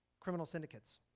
criminal syndicates.